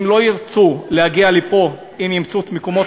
הם לא ירצו להגיע לפה אם ימצאו את מקומות